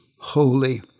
holy